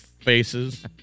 faces